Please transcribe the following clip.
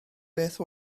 beth